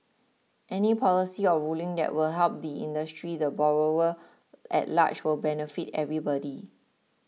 any policy or ruling that will help the industry the borrower at large will benefit everybody